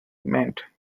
meant